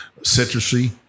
citrusy